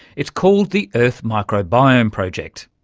it's called the earth microbiome project.